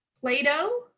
play-doh